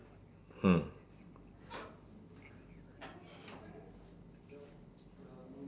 mm